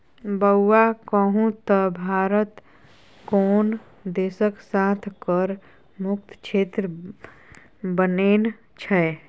बौआ कहु त भारत कोन देशक साथ कर मुक्त क्षेत्र बनेने छै?